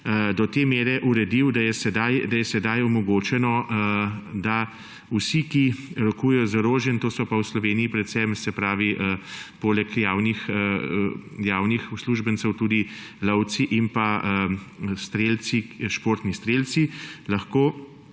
do te mere uredil, da je sedaj omogočeno, da vsi, ki rokujejo z orožjem – to so pa v Sloveniji poleg javnih uslužbencev tudi lovci in športni strelci, lahko